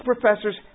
professors